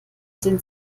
sind